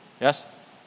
Yes